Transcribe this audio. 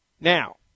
Now